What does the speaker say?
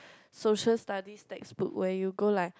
Social Studies textbooks where you go like